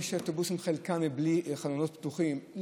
יש אוטובוסים שחלקם בלי חלונות פתוחים.